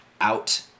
out